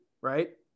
right